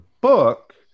book